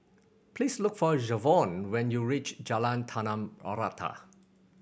please look for Jevon when you reach Jalan Tanah Rata